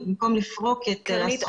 ובמקום לפרוק את הסחורה --- קרנית,